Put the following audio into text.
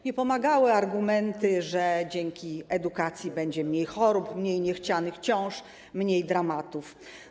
Nie pomagały argumenty, że dzięki edukacji będzie mniej chorób, mniej niechcianych ciąż, mniej dramatów.